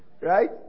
Right